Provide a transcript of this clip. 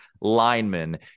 linemen